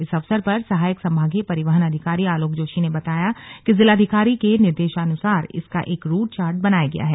इस अवसर पर सहायक संभागीय परिवहन अधिकारी आलोक जोशी ने बताया कि जिलाधिकारी के निर्देशानुसार इसका एक रूट चार्ट बनाया गया है